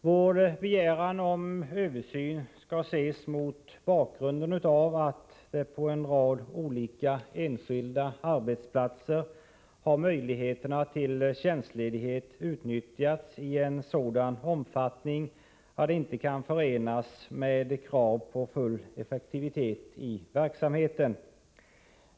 Vår begäran om översyn skall ses mot bakgrund av att möjligheterna till tjänstledighet på en rad olika enskilda arbetsplatser har utnyttjats i en omfattning som inte kan förenas med krav på full effektivitet i verksamheten.